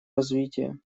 развитие